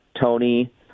Tony